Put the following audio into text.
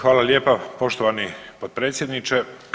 Hvala lijepa poštovani potpredsjedniče.